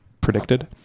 predicted